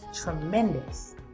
Tremendous